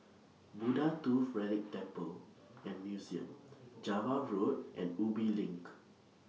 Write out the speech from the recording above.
Buddha Tooth Relic Temple and Museum Java Road and Ubi LINK